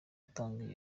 atanga